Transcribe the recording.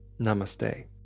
Namaste